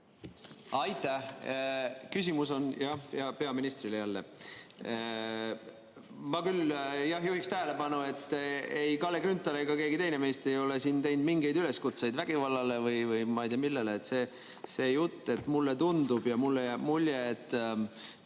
Aitäh! Küsimus on jälle peaministrile. Ma küll jah, juhiksin tähelepanu, et ei Kalle Grünthal ega keegi teine meist ei ole teinud mingeid üleskutseid vägivallale või ma ei tea, millele. See jutt, et mulle tundub ja mulle jääb